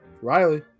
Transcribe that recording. Riley